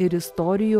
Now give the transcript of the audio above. ir istorijų